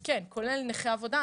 כן, כולל נכי עבודה.